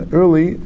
early